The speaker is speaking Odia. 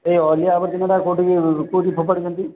ସେ ଅଳିଆ ଆବର୍ଜନାଟା କେଉଁଠି କେଉଁଠି ଫୋପାଡ଼ୁଛନ୍ତି